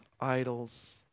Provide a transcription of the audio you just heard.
idols